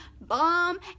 bomb